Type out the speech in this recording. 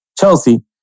Chelsea